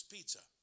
Pizza